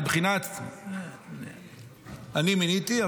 אני מיניתי,